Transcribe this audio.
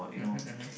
mmhmm mmhmm